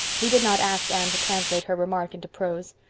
he did not ask anne to translate her remark into prose.